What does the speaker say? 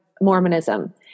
mormonism